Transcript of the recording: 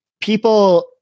people